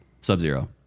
Sub-Zero